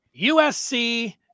USC –